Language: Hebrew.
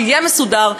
שיהיה מסודר,